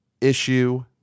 issue